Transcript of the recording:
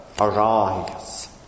arise